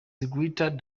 greater